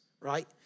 right